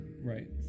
right